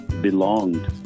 belonged